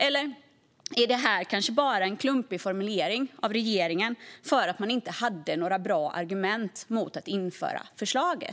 Eller är det här en klumpig formulering av regeringen för att man inte hade några bra argument mot att införa förslaget?